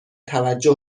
توجه